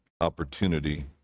opportunity